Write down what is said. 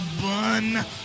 bun